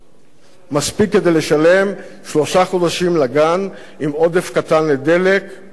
מספיק כדי לשלם בעבור שלושה חודשים לגן עם עודף קטן לדלק ולמצרכים.